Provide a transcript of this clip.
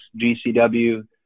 GCW